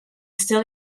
still